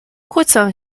kłócą